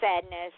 sadness